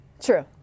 True